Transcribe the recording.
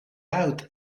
out